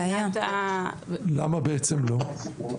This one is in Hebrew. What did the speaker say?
למה בעצם לא?